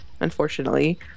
unfortunately